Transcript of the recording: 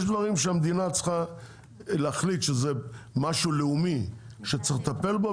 יש דברים שהמדינה צריכה להחליט שהם משהו לאומי שצריך לטפל בו,